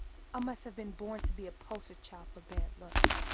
i must of been born to be a poster child for bad luck.